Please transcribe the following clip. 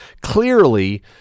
clearly